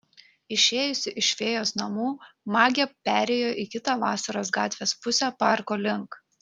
išėjusi iš fėjos namų magė perėjo į kitą vasaros gatvės pusę parko link